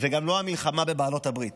וגם לא המלחמה בבעלות הברית,